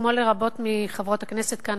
כמו לרבות מחברות הכנסת כאן,